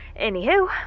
Anywho